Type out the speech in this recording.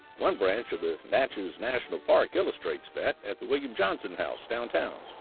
one branch of the natchez national park illustrates that at the william johnson house downtown.